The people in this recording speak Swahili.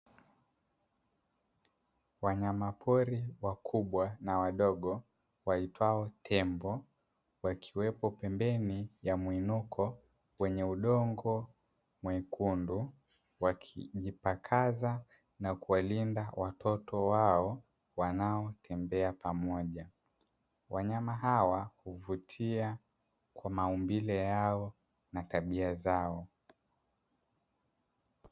Wanyama pori wakubwa na wadogo waitwao tembo, wakiwepo pembeni ya muinuko wenye udongo mwekundu, wakijipakaza na kuwalinda watoto wao wanaotembea pamoja. Wanyama hawa huvutia kwa maumbile yao na tabia zao.